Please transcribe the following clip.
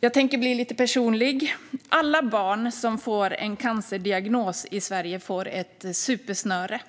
Jag tänker bli lite personlig. Alla barn som får en cancerdiagnos i Sverige får ett supersnöre.